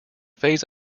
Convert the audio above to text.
phase